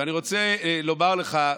ואני רוצה לומר לך,